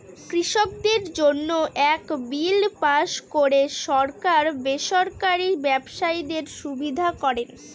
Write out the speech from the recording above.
কৃষকদের জন্য এক বিল পাস করে সরকার বেসরকারি ব্যবসায়ীদের সুবিধা করেন